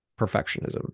perfectionism